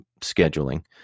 scheduling